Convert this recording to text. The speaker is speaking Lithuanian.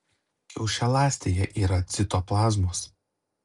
kiaušialąstėje yra citoplazmos